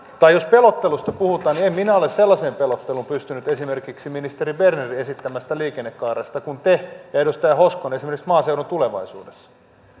tai jos pelottelusta puhutaan niin en minä ole sellaiseen pelotteluun pystynyt esimerkiksi ministeri bernerin esittämästä liikennekaaresta kuin te ja edustaja hoskonen esimerkiksi maaseudun tulevaisuudessa